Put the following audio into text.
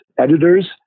editors